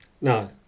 No